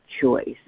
choice